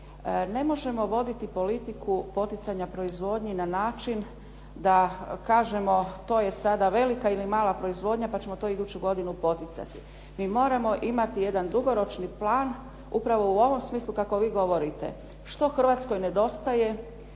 ne možemo voditi politiku poticanja proizvodnje na način da kažemo to je sada velika ili mala proizvodnja pa ćemo to iduću godinu poticati. Mi moramo imati jedan dugoročni plan, upravo u ovom smislu kako vi govorite što Hrvatskoj nedostaje